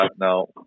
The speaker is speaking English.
no